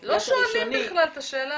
הראשוני --- לא שואלים בכלל את השאלה הזאת.